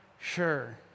sure